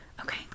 Okay